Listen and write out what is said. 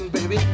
baby